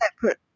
separate